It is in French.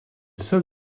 seul